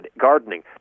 gardening